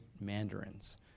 mandarins